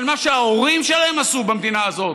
על מה שההורים שלהם עשו במדינה הזאת.